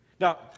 Now